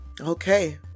okay